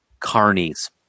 Carnies